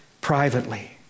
privately